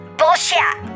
bullshit